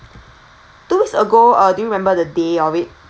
two weeks ago uh do you remember the day of it